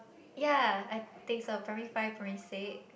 yea I think so primary five primary six